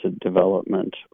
Development